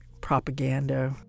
propaganda